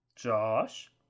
Josh